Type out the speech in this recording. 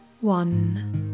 one